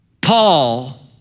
Paul